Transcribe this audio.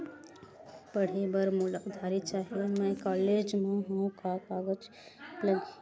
पढ़े बर मोला उधारी चाही मैं कॉलेज मा हव, का कागज लगही?